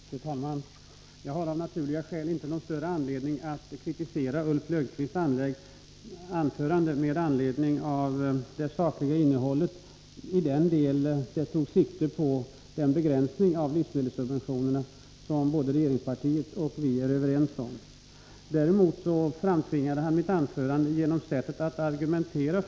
Fru talman! Jag har av naturliga skäl inte någon större anledning att kritisera Ulf Lönnqvists inlägg med anledning av det sakliga innehållet i den del det tog sikte på den begränsning av livsmedelssubventionerna som regeringspartiet och vi är överens om. Däremot framtvingade han mitt anförande genom sitt sätt att argumentera.